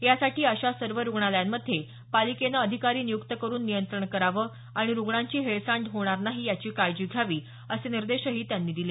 यासाठी अशा सर्व रुग्णालयांमध्ये पालिकेने अधिकारी नियुक्त करून नियंत्रण करावं आणि रुग्णांची हेळसांड होणार नाही याची काळजी घ्यावी असे निर्देशही त्यांनी दिले